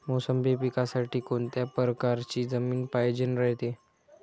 मोसंबी पिकासाठी कोनत्या परकारची जमीन पायजेन रायते?